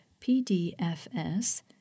PDFS